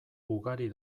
ugari